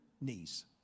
knees